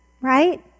right